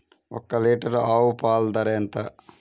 ఒక్క లీటర్ ఆవు పాల ధర ఎంత?